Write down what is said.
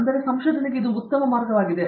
ಆದ್ದರಿಂದ ಇದು ಸಂಶೋಧನೆಗೆ ಉತ್ತಮ ಮಾರ್ಗವಾಗಿದೆ